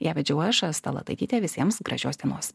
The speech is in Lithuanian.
ją vedžiau aš asta lataitytė visiems gražios dienos